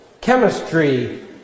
chemistry